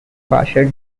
partially